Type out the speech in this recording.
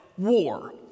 War